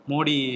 modi